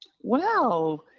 Wow